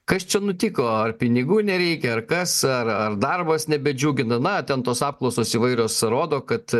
kas čia nutiko ar pinigų nereikia ar kas ar ar darbas nebedžiugina na ten tos apklausos įvairios rodo kad